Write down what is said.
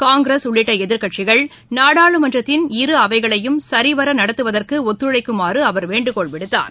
காங்கிரஸ் உள்ளிட்ட எதிர்க்கட்சிகள் நாடாளுமன்றத்தின் இரு அவைகளையும் சரிவர நடத்துவதற்கு ஒத்துழைக்குமாறு அவர் வேண்டுகோள் விடுத்தார்